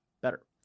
better